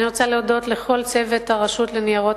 אני רוצה להודות לכל צוות הרשות לניירות